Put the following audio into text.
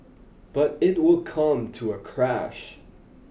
but it will come to a crash